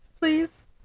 please